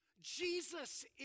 Jesus